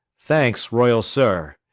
thanks, royal sir.